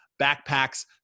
backpacks